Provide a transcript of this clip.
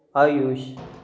Ayush